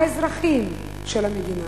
האזרחים של המדינה.